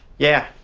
yeah,